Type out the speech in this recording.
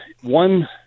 one